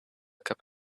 cup